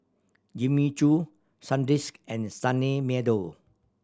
Jimmy Choo Sandisk and Sunny Meadow